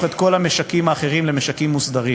את כל המשקים האחרים למשקים מוסדרים,